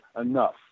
enough